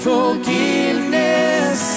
Forgiveness